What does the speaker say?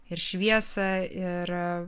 ir šviesą ir